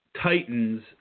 Titans